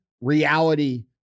reality